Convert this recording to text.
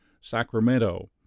Sacramento